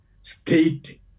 state